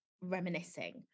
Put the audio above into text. reminiscing